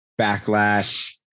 backlash